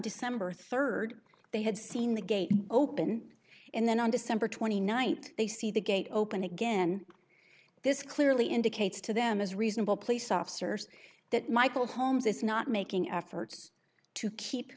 december third they had seen the gate open and then on december twenty ninth they see the gate open again this clearly indicates to them as reasonable place officers that michael holmes is not making efforts to keep